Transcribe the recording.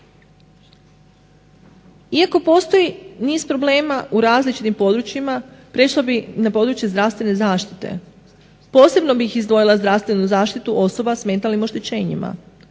Iako postoji niz problema u različitim područjima prešla bih na područje zdravstvene zaštite. Posebno bih izdvojila zdravstvenu zaštitu osoba sa mentalnim oštećenjima,